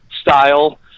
style